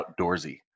outdoorsy